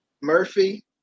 Murphy